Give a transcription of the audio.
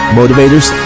motivators